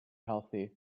healthy